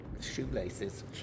shoelaces